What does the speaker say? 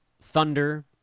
Thunder